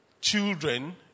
children